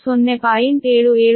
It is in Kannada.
7788r ಆದ್ದರಿಂದ 0